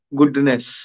goodness